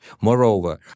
Moreover